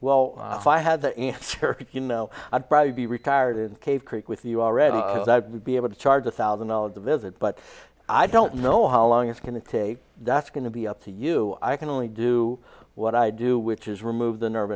well if i had you know i'd probably be retired in cave creek with you already that would be able to charge a thousand dollars a visit but i don't know how long it's going to take that's going to be up to you i can only do what i do which is remove the nerve